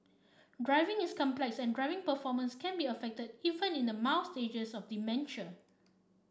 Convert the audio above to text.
driving is complex and driving performance can be affected even in the mild stages of dementia